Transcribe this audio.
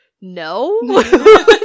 No